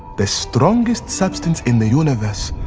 the strongest substance in the universe,